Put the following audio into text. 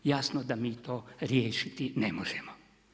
Jasno da mi to riješiti ne možemo.